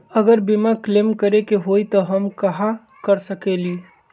अगर बीमा क्लेम करे के होई त हम कहा कर सकेली?